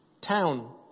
town